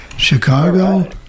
Chicago